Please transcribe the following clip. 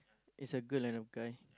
is a girl and a guy